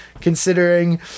considering